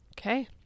Okay